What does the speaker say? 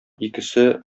икесе